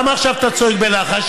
למה עכשיו אתה צועק בלחש?